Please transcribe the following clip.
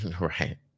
Right